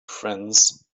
friends